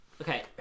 Okay